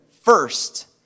first